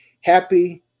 Happy